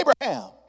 Abraham